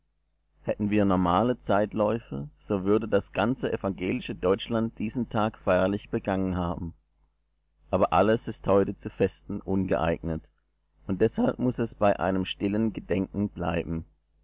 hätten wir normale zeitläufte so würde das ganze evangelische deutschland diesen tag feierlich begangen haben aber alles ist heute zu festen ungeeignet und deshalb muß es bei einem stillen gedenken bleiben